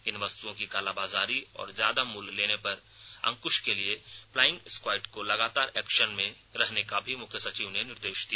इन वस्तुओं की कालाबाजारी और ज्यादा मूल्य लेने पर अंकुश के लिए प्लाइंग स्कवॉयड लगातार एक्शन में रहने का भी मुख्य सचिव ने निर्देश दिया